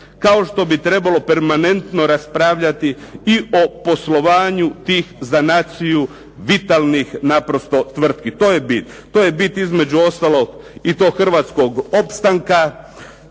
kao što bi trebalo permanentno raspravljati i o poslovanju tih za naciju vitalnih naprosto tvrtki, to je bit. To je bit između ostalog i tog hrvatsko opstanka,